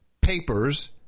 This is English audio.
papers